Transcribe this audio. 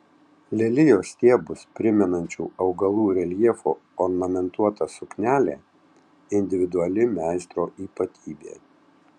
lelijos stiebus primenančių augalų reljefu ornamentuota suknelė individuali meistro ypatybė